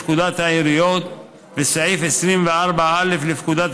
לפקודת העיריות וסעיף 24א לפקודת